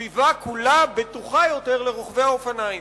הסביבה כולה בטוחה יותר לרוכבי האופניים.